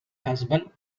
husband